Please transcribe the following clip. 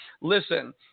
Listen